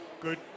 Good